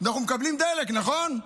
אנחנו מקבלים דלק, נכון?